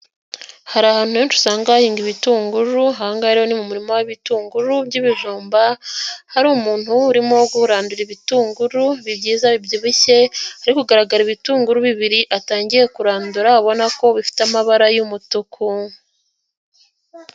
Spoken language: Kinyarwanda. Hari ahantu henshi usanga hahingwa ibitunguru ahanga ni muririma w'ibitunguru by'ibijumba, hari umuntu urimo kurandura ibitunguru byiza bibyibushye hari kugaragara ibitunguru bibiri atangiye kurandura abona ko bifite amabara y'umutuku.